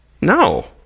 No